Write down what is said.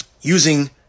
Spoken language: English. using